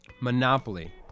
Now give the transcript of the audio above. Monopoly